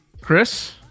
Chris